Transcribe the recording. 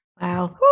Wow